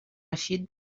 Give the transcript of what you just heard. eixit